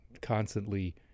constantly